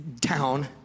town